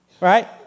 Right